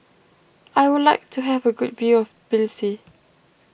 I would like to have a good view of Tbilisi